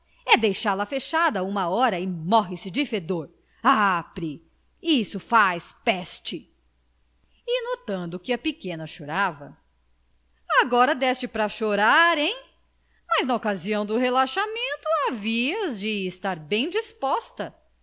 deixá-la fechada uma hora e morre-se de fedor apre isto faz peste e notando que a pequena chorava agora deste para chorar hein mas na ocasião do relaxamento havias de estar bem disposta